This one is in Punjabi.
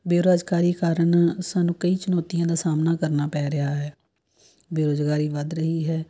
ਬੇਰੁਜ਼ਗਾਰੀ ਕਾਰਨ ਸਾਨੂੰ ਕਈ ਚੁਣੌਤੀਆਂ ਦਾ ਸਾਹਮਣਾ ਕਰਨਾ ਪੈ ਰਿਹਾ ਹੈ ਬੇਰੁਜ਼ਗਾਰੀ ਵੱਧ ਰਹੀ ਹੈ